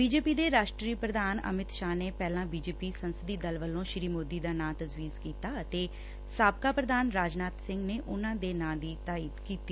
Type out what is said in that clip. BJP ਦੇ ਰਾਸ਼ਟਰੀ ਪ੍ਰਧਾਨ ਅਮਿਤ ਸ਼ਾਹ ਨੇ ਪਹਿਲਾਂ ਬੀਜੇਪੀ ਸੰਸਦੀ ਦਲ ਵਲੋਂ ਸ੍ਰੀ ਮੋਦੀ ਦਾ ਨਾ ਤਜਵੀਜ਼ ਕੀਤਾ ਅਤੇ ਸਾਬਕਾ ਪ੍ਰਧਾਨ ਰਾਜਨਾਥ ਸਿੰਘ ਨੇ ਉਨੂਾਂ ਦੇ ਨਾਂ ਦੀ ਤਾਈਦ ਕੀਤੀ